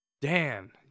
Dan